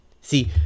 See